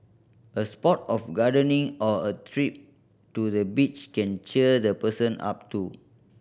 a spot of gardening or a trip to the beach can cheer the person up too